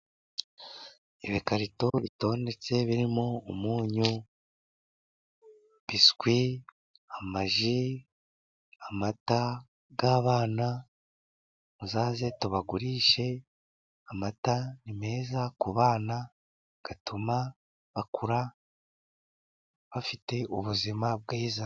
Ibikarito bitondetse birimo umunyu, biswi, amaji, amata y'abana muzaze tubagurishe amata ni meza ku bana atuma bakura bafite ubuzima bwiza.